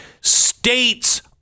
states